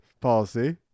policy